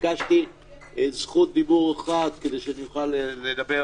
ביקשתי את זכות הדיבור כדי שאוכל לדבר